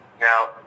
Now